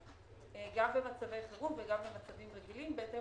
גם במצבי חירום וגם במצבים רגילים בהתאם